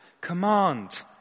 command